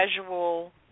casual